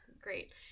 great